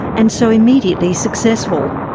and so immediately successful?